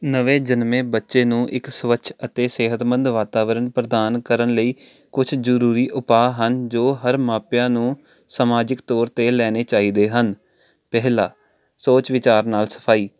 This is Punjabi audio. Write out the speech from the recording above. ਨਵੇਂ ਜਨਮੇ ਬੱਚੇ ਨੂੰ ਇੱਕ ਸਵੱਛ ਅਤੇ ਸਿਹਤਮੰਦ ਵਾਤਾਵਰਣ ਪ੍ਰਦਾਨ ਕਰਨ ਲਈ ਕੁਛ ਜ਼ਰੂਰੀ ਉਪਾਅ ਹਨ ਜੋ ਹਰ ਮਾਪਿਆਂ ਨੂੰ ਸਮਾਜਿਕ ਤੌਰ 'ਤੇ ਲੈਣੇ ਚਾਹੀਦੇ ਹਨ ਪਹਿਲਾ ਸੋਚ ਵਿਚਾਰ ਨਾਲ ਸਫਾਈ